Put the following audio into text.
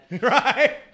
Right